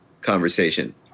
conversation